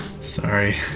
Sorry